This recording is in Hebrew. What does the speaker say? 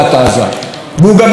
והוא גם לא מדבר על הסדר,